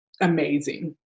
amazing